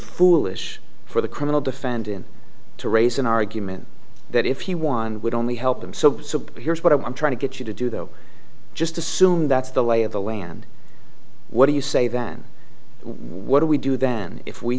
foolish for the criminal defendant to raise an argument that if he won would only help him so here's what i'm trying to get you to do though just assume that's the lay of the land what do you say then what do we do then if we